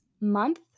month